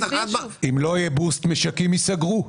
אם לא תהיה דחיפה משקים ייסגרו.